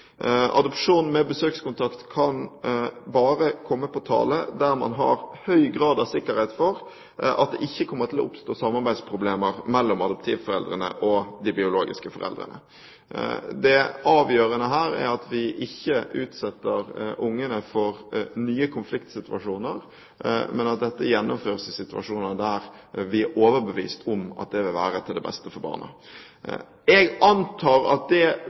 Adopsjon med besøkskontakt kan bare komme på tale der man har høy grad av sikkerhet for at det ikke kommer til å oppstå samarbeidsproblemer mellom adoptivforeldrene og de biologiske foreldrene. Det avgjørende her er at vi ikke utsetter barna for nye konfliktsituasjoner, men at dette gjennomføres i situasjoner der vi er overbevist om at det vil være til det beste for barna. Jeg antar at det